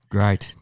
Great